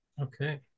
okay